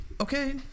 okay